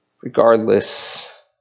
regardless